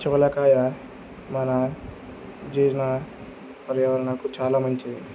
చోళకాయ మన జీర్ణ పర్యావరణకు చాలా మంచిది